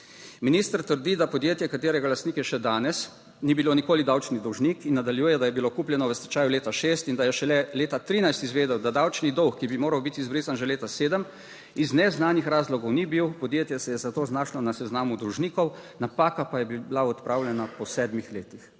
Minister trdi, da podjetje katerega lastnik je še danes ni bilo nikoli davčni dolžnik in nadaljuje, da je bilo kupljeno v stečaju leta 2006 in da je šele leta 2013 izvedel, da davčni dolg, ki bi moral biti izbrisan že leta 2007, iz neznanih razlogov ni bil. Podjetje se je za to znašlo na seznamu dolžnikov, napaka pa je bila odpravljena po sedmih letih.